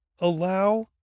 allow